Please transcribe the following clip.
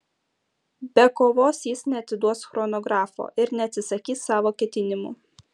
be kovos jis neatiduos chronografo ir neatsisakys savo ketinimų